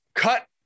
Cut